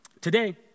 Today